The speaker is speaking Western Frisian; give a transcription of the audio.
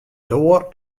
doar